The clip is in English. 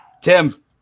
Tim